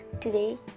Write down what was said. today